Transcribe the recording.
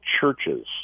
churches